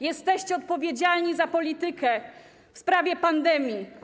Jesteście odpowiedzialni za politykę w sprawie pandemii.